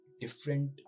different